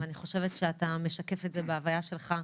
אני חושבת שאתה משקף את זה בהוויה שלך,